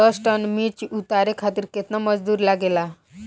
दस टन मिर्च उतारे खातीर केतना मजदुर लागेला?